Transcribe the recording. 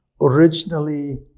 originally